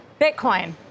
Bitcoin